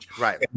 Right